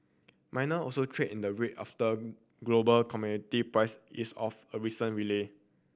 miner also trade in the red after global commodity price ease off a recent rally